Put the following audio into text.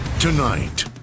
Tonight